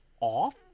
off